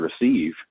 receive